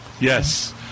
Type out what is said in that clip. Yes